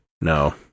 No